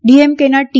ડીએમકેના T